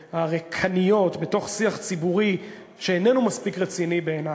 והריקניות בתוך שיח ציבורי שאיננו מספיק רציני בעיני,